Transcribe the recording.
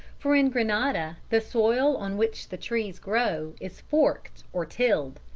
for in grenada the soil on which the trees grow is forked or tilled.